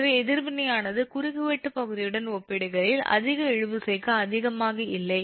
எனவே எதிர்வினையானது குறுக்குவெட்டுப் பகுதியுடன் ஒப்பிடுகையில் அதிக இழுவிசைக்கு அதிகமாக இல்லை